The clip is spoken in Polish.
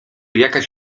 jakaś